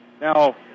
now